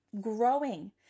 growing